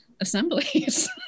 assemblies